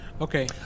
Okay